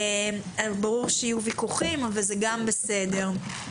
ברור שיהיו ויכוחים וזה בסדר.